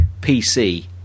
PC